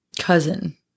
cousin